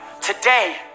Today